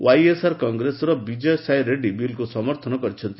YSR କଂଗ୍ରେସର ବିଜୟ ସାୟରେଡ୍ରୀ ବିଲ୍କୁ ସମର୍ଥନ କରିଛନ୍ତି